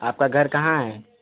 आपका घर कहाँ है